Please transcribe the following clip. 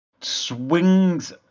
swings